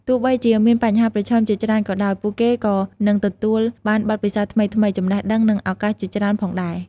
ទោះបីជាមានបញ្ហាប្រឈមជាច្រើនក៏ដោយ ពួកគេក៏នឹងទទួលបានបទពិសោធន៍ថ្មីៗ ចំណេះដឹង និងឱកាសជាច្រើនផងដែរ។